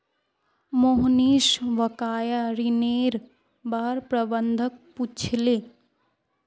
मोहनीश बकाया ऋनेर बार प्रबंधक पूछले